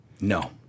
No